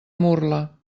murla